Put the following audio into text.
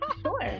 Sure